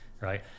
right